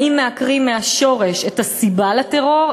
האם עוקרים מהשורש את הסיבה לטרור,